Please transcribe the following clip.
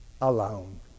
alone